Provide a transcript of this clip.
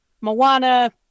Moana